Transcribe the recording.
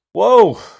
Whoa